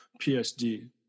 PhD